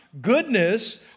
goodness